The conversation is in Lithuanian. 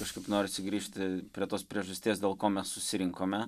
kažkaip norisi grįžti prie tos priežasties dėl ko mes susirinkome